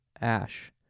ash